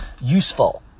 useful